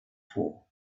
for